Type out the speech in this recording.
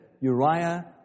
Uriah